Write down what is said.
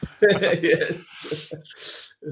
Yes